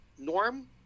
norm